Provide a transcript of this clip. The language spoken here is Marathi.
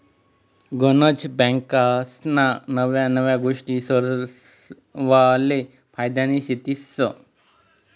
गनज बँकास्ना नव्या नव्या गोष्टी सरवासले फायद्यान्या शेतीस